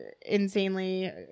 insanely